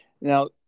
Now